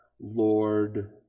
Lord